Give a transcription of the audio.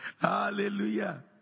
hallelujah